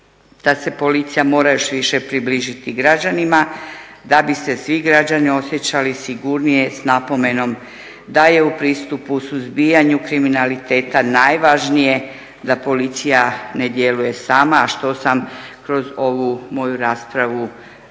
da se policija mora još više približiti građanima da bi se svi građani osjećali sigurnije sa napomenom da je u pristupu suzbijanju kriminaliteta najvažnije da policija ne djeluje sama a što sam kroz ovu moju raspravu,